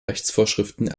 rechtsvorschriften